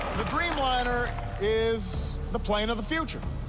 the dreamliner is the plane of the future.